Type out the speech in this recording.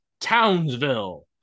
Townsville